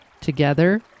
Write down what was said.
together